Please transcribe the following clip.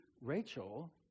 Rachel